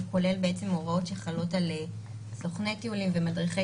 הוא כולל הוראות שחלות על סוכני טיולים ומדריכי